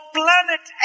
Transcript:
planet